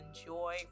enjoy